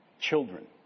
Children